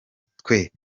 twe